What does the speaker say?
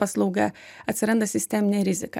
paslauga atsiranda sisteminė rizika